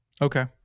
Okay